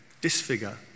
disfigure